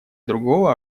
другого